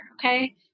okay